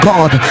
God